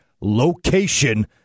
location